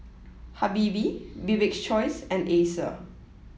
Habibie Bibik's choice and Acer